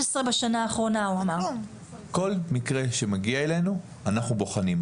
כל מקרה שמגיע אלינו אנחנו בוחנים.